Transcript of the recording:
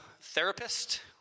therapist